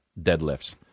deadlifts